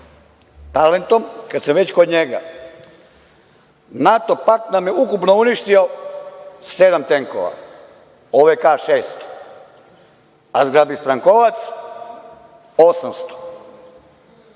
talentom. Kad sam već kod njega, NATO pakt nam je ukupno uništio sedam tenkova, a OVK šest, a zgrabi strankovac 800.